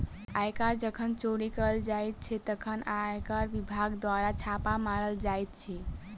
आयकर जखन चोरी कयल जाइत छै, तखन आयकर विभाग द्वारा छापा मारल जाइत अछि